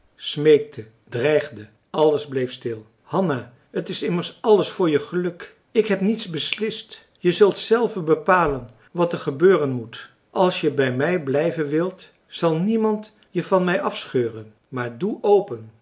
smeekte dreigde alles bleef stil hanna t is immers alles voor je geluk ik heb niets beslist je zult zelve bepalen wat er gebeuren moet als je bij mij blijven wilt zal niemand je van mij afscheuren maar doe open